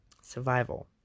survival